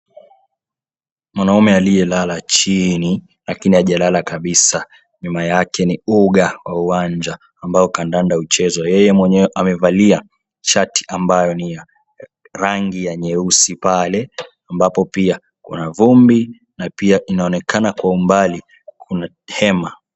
Mwanamume aliyelala chini, lakini hajalala kabisa, nyuma yake ni uga wa uwanja ambao kandanda huchezwa, yeye mwenyewe amevalia shati ambayo ni ya rangi ya nyeusi, pale ambapo pia kuna vumbi na pia inaonekana kwa umbali kuna hema.